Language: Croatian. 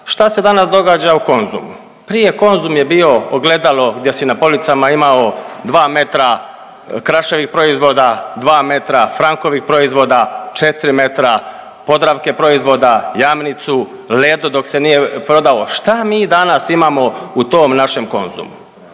šta se danas događa u Konzumu? Prije Konzum je bio ogledalo gdje si na policama imao 2 metra Kraševih proizvoda, 2 m Franckovih proizvoda, 4 m Podravke proizvoda, Jamnicu, Ledo dok se nije prodao. Šta mi danas imamo u tom našem Konzumu?